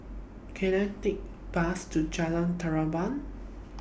Can I Take Bus to Jalan Terap